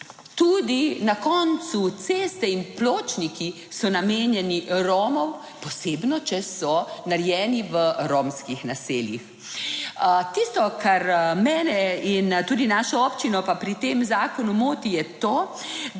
tudi na koncu ceste in pločniki so namenjeni Romom, posebno če so narejeni v romskih naseljih. Tisto, kar mene in tudi našo občino pa pri tem zakonu moti, je to, da